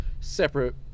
separate